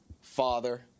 father